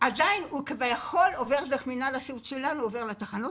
עדיין הוא כביכול עובר דרך מינהל הסיעוד שלנו לתחנות.